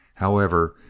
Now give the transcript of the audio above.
however,